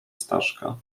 staszka